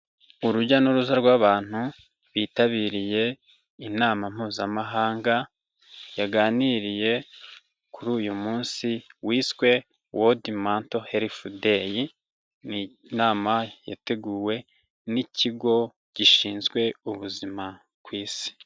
Urujya n'uruza rw'abantu, bitabiriye inama Mpuzamahanga, yaganiriye kuri uyu munsi wiswe World Mental Health Day, ni inama yateguwe n'ikigo gishinzwe ubuzima ku Isi.